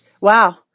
Wow